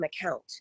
account